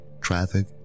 traffic